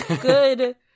good